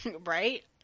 Right